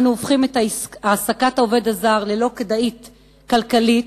אנו הופכים את העסקת העובד הזר ללא כדאית מבחינה כלכלית